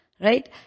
right